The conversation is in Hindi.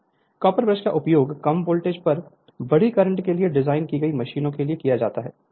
Refer Slide Time 2249 copper brush का उपयोग कम वोल्टेज पर बड़ी करंट के लिए डिज़ाइन की गई मशीनों के लिए किया जाता है